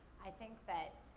i think that,